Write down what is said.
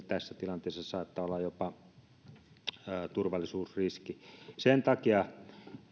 tässä tilanteessa saattaa olla jopa turvallisuusriski sen takia